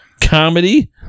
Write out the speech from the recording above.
Comedy